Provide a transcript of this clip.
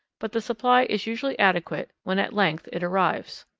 but the supply is usually adequate when at length it arrives.